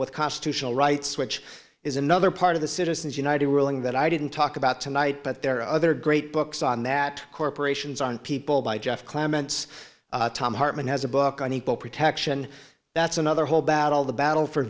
with cost to shell rights which is another part of the citizens united ruling that i didn't talk about tonight but there are other great books on that corporations on people by jeff clements tom hartman has a book on equal protection that's another whole battle the battle for